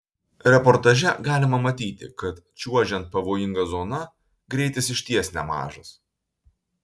reportaže galima matyti kad čiuožiant pavojinga zona greitis iš ties nemažas